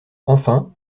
enfin